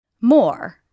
More